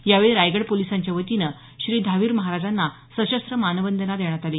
यावेळी रायगड पोलिसांच्या वतीनं श्री धावीर महाराजांना सशस्त्र मानवंदना देण्यात आली